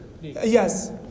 Yes